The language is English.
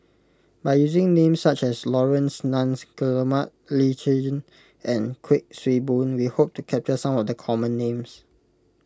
by using names such as Laurence Nunns Guillemard Lee Tjin and Kuik Swee Boon we hope to capture some of the common names